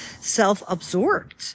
self-absorbed